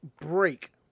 break